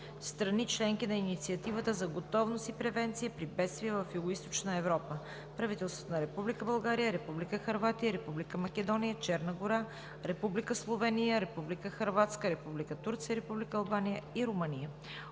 страни – членки на Инициативата за готовност и превенция при бедствия в Югоизточна Европа (правителствата на Република България, Република Хърватия, Република Македония, Черна гора, Република Словения, Република Сърбия, Република Турция, Република Албания и Румъния),